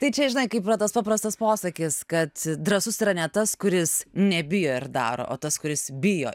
tai čia žinai kaip yra tas paprastas posakis kad drąsus yra ne tas kuris nebijo ir daro o tas kuris bijo